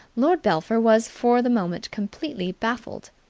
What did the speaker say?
lord belpher was for the moment completely baffled.